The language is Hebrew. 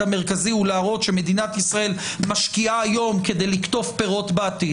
המרכזי להראות שמדינת ישראל משקיעה היום כדי לקטוף פירות בעתיד.